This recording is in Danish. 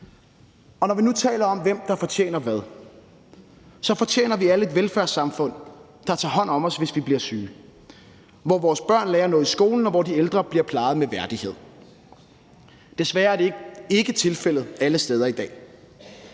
Når vi nu taler om, hvem der fortjener hvad, så fortjener vi alle et velfærdssamfund, der tager hånd om os, hvis vi bliver syge, hvor vores børn lærer noget i skolen, og hvor de ældre bliver plejet med værdighed. Desværre er det ikke tilfældet alle steder i dag,